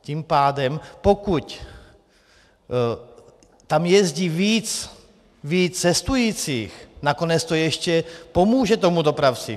Tím pádem pokud tam jezdí víc cestujících, nakonec to ještě pomůže tomu dopravci.